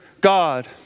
God